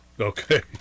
Okay